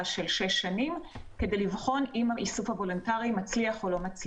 של שש שנים כדי לבחון האם האיסוף הוולונטרי מצליח או לא.